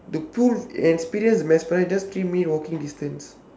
the pool just three minute walking distance